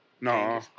No